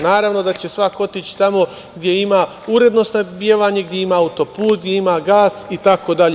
Naravno da će svako otići tamo gde ima uredno snabdevanje, gde ima autoput, gde ima gas, itd.